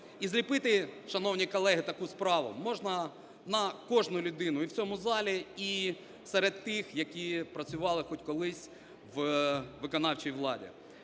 І зліпити, шановні колеги, таку справу можна на кожну людину і в цьому залі, і серед тих, які працювали хоч колись у виконавчій владі.